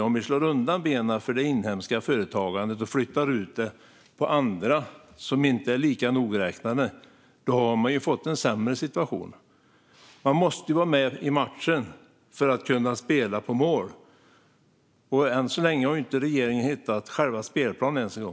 Om vi slår undan benen för det inhemska företagandet och flyttar ut det på andra som inte är lika nogräknade har vi fått en sämre situation. Man måste vara med i matchen för att kunna spela på mål. Än så länge har regeringen inte ens hittat själva spelplanen.